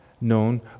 known